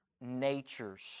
natures